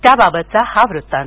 त्याबाबतचा हा वृत्तांत